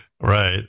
right